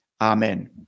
Amen